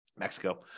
Mexico